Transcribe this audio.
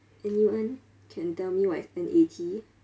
anyone can tell me what is